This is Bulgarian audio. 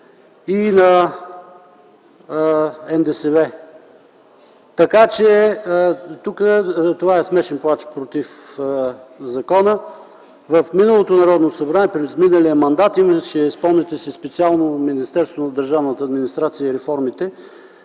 Така че тук това е „смешен плач” против закона. В миналото Народно събрание, през изминалия мандат имаше специално Министерство на държавната администрация и реформите,